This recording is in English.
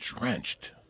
drenched